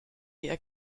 ihr